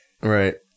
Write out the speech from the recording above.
Right